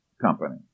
company